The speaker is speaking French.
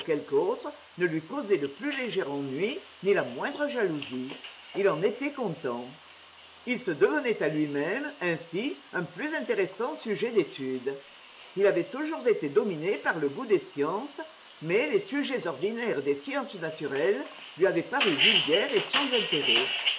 autre ne lui causait le plus léger ennui ni la moindre jalousie il en était content il se devenait à lui-même ainsi un plus intéressant sujet d'études il avait toujours été dominé par le goût des sciences mais les sujets ordinaires des sciences naturelles lui avaient paru vulgaires et sans intérêt